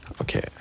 Okay